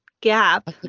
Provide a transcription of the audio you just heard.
gap